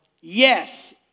Yes